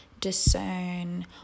discern